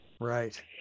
Right